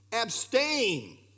abstain